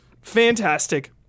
Fantastic